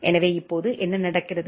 எனவே இப்போது என்ன நடக்கிறது